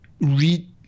read